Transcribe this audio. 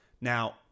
Now